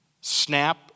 snap